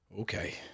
Okay